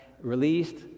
released